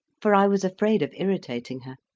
for i was afraid of irritating her,